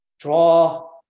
Draw